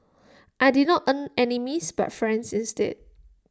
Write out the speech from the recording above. I did not earn enemies but friends instead